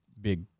big